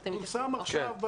אתמול פורסם.